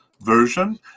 version